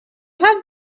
have